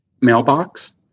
mailbox